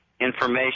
information